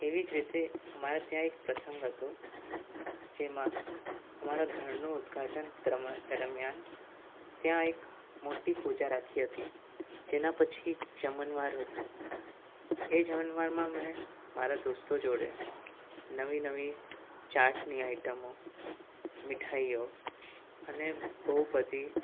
એવી જ રીતે અમારા ત્યાં એક પ્રસંગ હતો જેમાં અમારા ઘરનું ઉદ્ઘાટન દરમ્યાન ત્યાં એક મોટી પૂજા રાખી હતી જેના પછી જમણવાર હતો એ જમણવારમાં મે મારા દોસ્તો જોડે નવી નવી ચાટની આઇટમો મીઠાઈઓ અને બહુ બધી